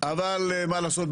אבל מה לעשות,